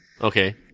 Okay